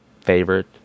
favorite